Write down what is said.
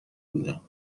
بودم